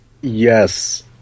Yes